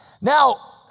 Now